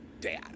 dad